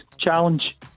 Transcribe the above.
challenge